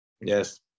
Yes